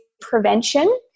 prevention